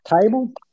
table